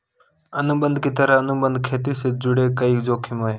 अनुबंध की तरह, अनुबंध खेती से जुड़े कई जोखिम है